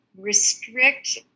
restrict